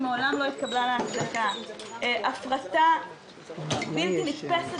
הפרטה בלתי-נתפסת